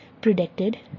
predicted